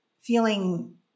feeling